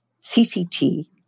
CCT